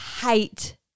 hate